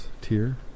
tier